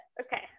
okay